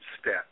step